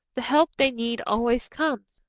the help they need always comes,